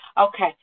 Okay